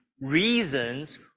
reasons